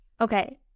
okay